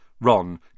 Ron